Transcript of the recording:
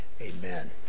Amen